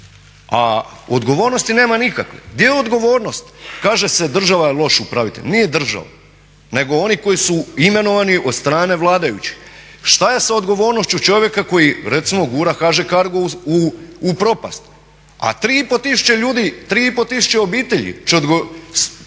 a odgovornosti nema nikakve. Gdje je odgovornost? Kaže se država je loš upravitelj. Nije država nego oni koji su imenovani od strane vladajućih. Šta je s odgovornošću čovjeka koji recimo gura HŽ-Cargo u propast, a 3500 ljudi, 3500 obitelji će snosit